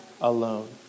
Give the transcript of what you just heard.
alone